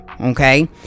okay